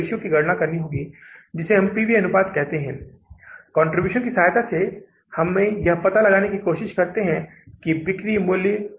तो इसमें कुछ भी नहीं होने जा रहा है और फिर कह सकते हैं कि कुल जोड़ निकालना है या आप इसे ब्याज की अदायगी कह सकते हैं और फिर मूल की अदायगी मूल की अदायगी कह सकते हैं